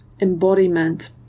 embodiment